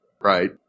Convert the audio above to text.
Right